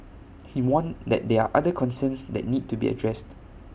he warned that there are other concerns that need to be addressed